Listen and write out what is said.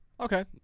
Okay